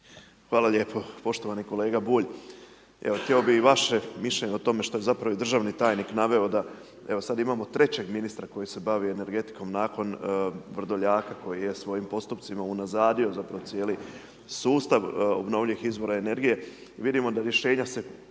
Hvala lijepo, poštovani kolega Bulj, evo htjeo bih i vaše mišljenje o tome što je zapravo i državni tajnik naveo da evo sad imamo trećeg ministra koji se bavi energetikom nakon Vrdoljaka koji je svojim postupcima unazadio zapravo cijeli sustav obnovljivih izvora energije,